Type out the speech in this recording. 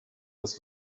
das